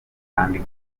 kandi